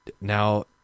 now